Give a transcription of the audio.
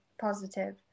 positive